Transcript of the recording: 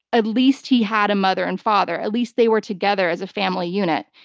at least he had a mother and father, at least they were together as a family unit.